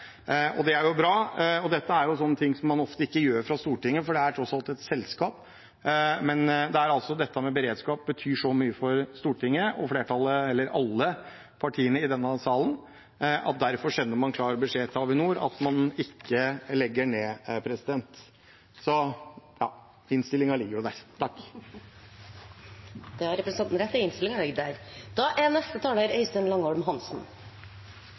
Det er bra. Dette er en sånn ting man ikke gjør ofte fra Stortinget, for det er tross alt et selskap, men dette med beredskap betyr så mye for Stortinget, for alle partiene i denne salen, så derfor sender man klar beskjed til Avinor om at man ikke legger ned. Denne saken har det vært utrolig stor oppmerksomhet rundt. Arbeiderpartiet deler Fremskrittspartiets begeistring. Men oppmerksomheten har nok vært både regional og